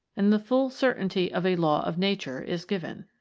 and the full certainty of a law of nature is given.